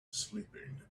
sleeping